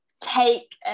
take